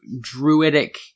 druidic